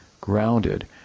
grounded